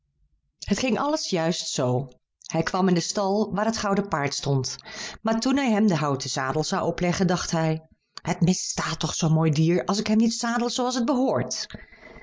het ging alles juist zoo hij kwam in den stal waar het gouden paard stond maar toen hij hem den houten zadel zou opleggen dacht hij het misstaat toch zoo'n mooi dier als ik hem niet zadel zooals het behoort